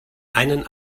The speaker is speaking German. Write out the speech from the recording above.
einen